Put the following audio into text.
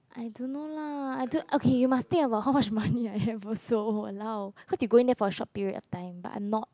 I don't know lah I don't okay you must think about how much money I have also allow how to going there for a short period of time I'm not